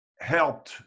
helped